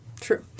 True